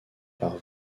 par